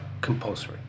compulsory